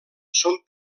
són